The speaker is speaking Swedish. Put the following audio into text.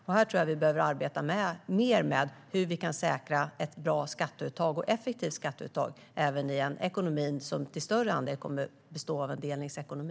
Jag tror att vi behöver arbeta mer med hur vi kan säkra ett bra och effektivt skatteuttag även i en ekonomi som till större andel kommer att bestå av delningsekonomi.